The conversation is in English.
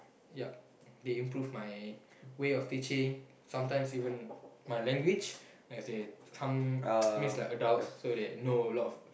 ya they improve my way of teaching sometimes even my language as in some means like adults so they know a lot of